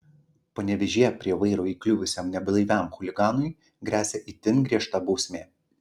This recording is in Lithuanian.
panevėžyje prie vairo įkliuvusiam neblaiviam chuliganui gresia itin griežta bausmė